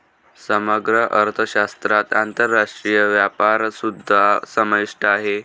समग्र अर्थशास्त्रात आंतरराष्ट्रीय व्यापारसुद्धा समाविष्ट आहे